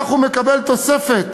כך הוא מקבל תוספת